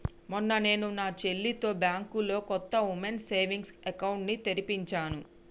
మొన్న నేను నా చెల్లితో బ్యాంకులో కొత్త ఉమెన్స్ సేవింగ్స్ అకౌంట్ ని తెరిపించాను